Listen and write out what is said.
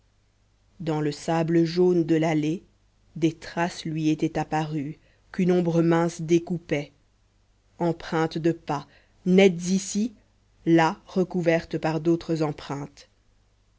dans le sable jaune de l'allée des traces lui étaient apparues qu'une ombre mince découpait empreintes de pas nettes ici déjà recouvertes par d'autres empreintes